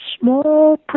small